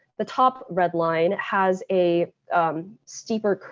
the top red line has a steeper